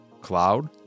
cloud